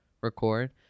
record